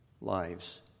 lives